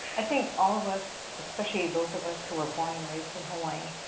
i think all of us especially those of us who are born and raised in hawai'i,